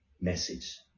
message